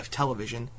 television